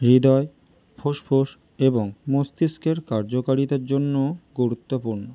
হৃদয় ফুসফুস এবং মস্তিষ্কের কার্যকারিতার জন্য গুরুত্বপূর্ণ